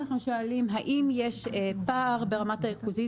אנחנו שואלים אם יש פער ברמת הריכוזיות